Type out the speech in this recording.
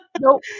nope